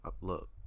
Look